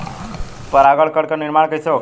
पराग कण क निर्माण कइसे होखेला?